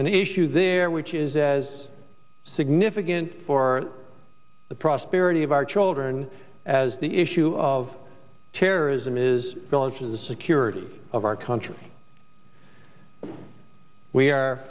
an issue there which is as significant for the prosperity of our children as the issue of terrorism is going to the security of our country we are